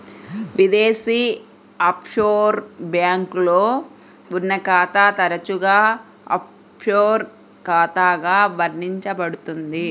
విదేశీ ఆఫ్షోర్ బ్యాంక్లో ఉన్న ఖాతా తరచుగా ఆఫ్షోర్ ఖాతాగా వర్ణించబడుతుంది